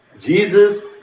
Jesus